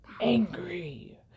angry